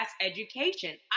education